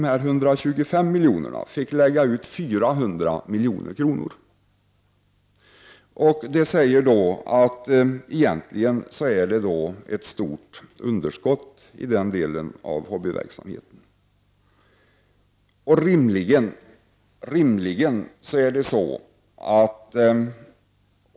Hobbyhästägarna fick lägga ut 400 milj.kr. för att få in dessa 125 milj.kr. Egentligen går alltså den delen av hobbyverksamheten med stort underskott.